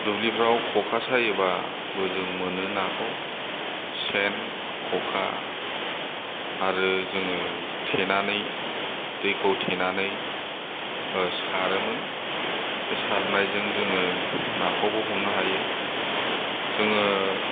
दुब्लिफोराव खका सायोबाबो जों मोनो नाखौ सेन खका आरो जोङो थेनानै दैखौ थेनानै सारोमोन बे सारनायजों जोङो नाखौबो हमनो हायो जोङो